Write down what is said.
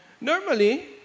normally